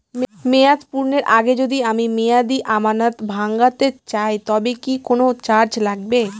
মেয়াদ পূর্ণের আগে যদি আমি মেয়াদি আমানত ভাঙাতে চাই তবে কি কোন চার্জ লাগবে?